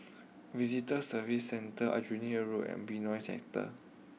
Visitor Services Centre Aljunied Road and Benoi Sector